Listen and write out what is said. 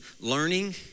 learning